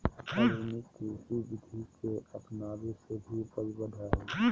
आधुनिक कृषि विधि के अपनाबे से भी उपज बढ़ो हइ